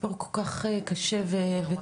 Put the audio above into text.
סיפור כל כך קשה וטרגי,